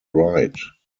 write